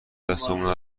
دستمون